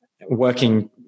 working